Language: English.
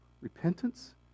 repentance